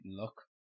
look